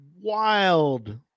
wild